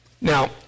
Now